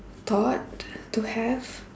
thought to have